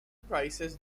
prices